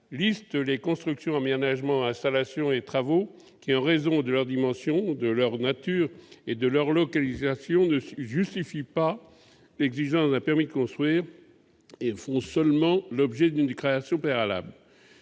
liste les constructions, aménagements, installations et travaux qui, en raison de leurs dimensions, de leur nature ou de leur localisation, ne justifient pas l'exigence d'un permis de construire et font seulement l'objet d'une déclaration préalable.